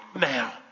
now